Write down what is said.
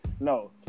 No